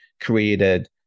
created